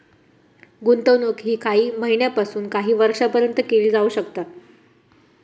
गुंतवणूक ही काही महिन्यापासून काही वर्षापर्यंत केली जाऊ शकता